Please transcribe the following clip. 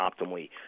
optimally